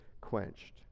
quenched